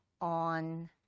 on